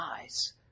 eyes